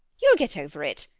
you'll get over it.